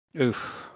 Oof